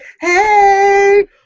hey